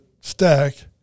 stack